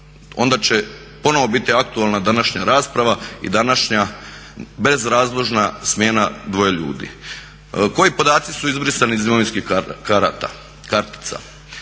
Onda će ponovno biti aktualna današnja rasprava i današnja bezrazložna smjena dvoje ljudi. Koji podaci su izbrisani iz imovinskih kartica?